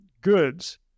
goods